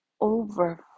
over